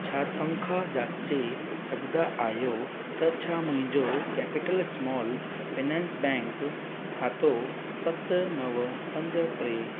छा तनख़्वाह जांचे सघंदा आहियो त छा मुंहिंजो कैपिटल स्मॉल फाइनेंस बैंक खातो सत नव पंज टे